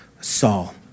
Saul